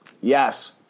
yes